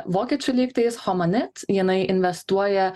vokiečių lygtais homanit jinai investuoja